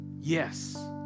Yes